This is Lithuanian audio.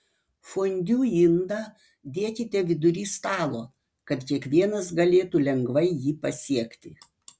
fondiu indą dėkite vidury stalo kad kiekvienas galėtų lengvai jį pasiekti